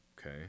okay